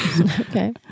okay